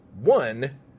One